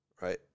right